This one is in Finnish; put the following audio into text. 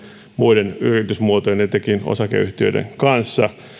muiden yritysmuotojen etenkin osakeyhtiöiden kanssa